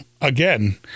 again